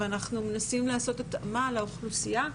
אנחנו מנסים לעשות התאמה לאוכלוסייה.